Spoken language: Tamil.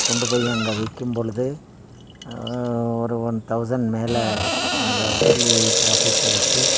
கொண்டு போயி அங்கே விக்கும் பொழுது ஒரு ஒன் தௌசண்ட் மேலே அதை வச்சி ப்ராஃபிட்டு வச்சி